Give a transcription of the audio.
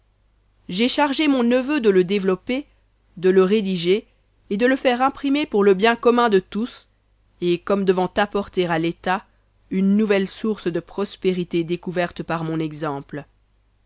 j'ai chargé mon neveu de le développer de le rédiger et de le faire imprimer pour le bien commun de tous et comme devant apporter à l'état une nouvelle source de prospérité découverte par mon exemple